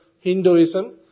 Hinduism